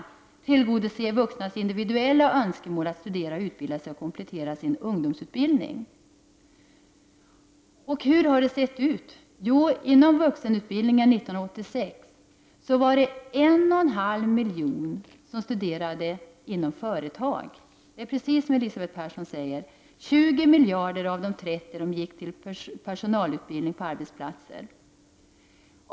Att tillgodose vuxnas individuella önskemål att studera, utbilda sig och komplettera sin ungdomsutbildning. Hur har det sett ut? Jo, inom vuxenutbildningen 1986 var det en och en halv miljon som studerade inom företag — det är precis som Elisabeth Persson säger: 20 miljarder av de 30 gick till personalutbildning på arbetsplatser.